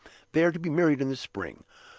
they are to be married in the spring,